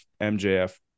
MJF